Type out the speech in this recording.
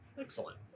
Excellent